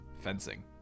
Fencing